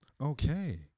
Okay